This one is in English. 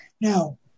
Now